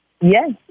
Yes